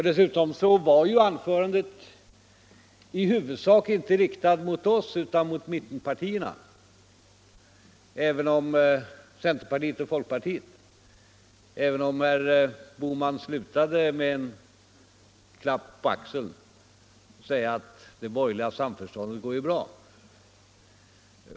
Dessutom var anförandet i huvudsak inte riktat mot oss utan mot mittenpartierna; centerpartiet och folkpartiet. Herr Bohman slutade dock med en klapp på axeln och sade att det borgerliga samförståndet ju ändå är bra.